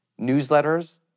newsletters